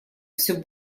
всё